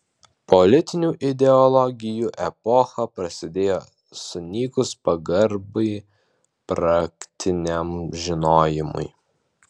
politinių ideologijų epocha prasidėjo sunykus pagarbai praktiniam žinojimui